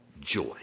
joy